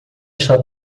está